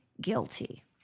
guilty